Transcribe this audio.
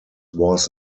was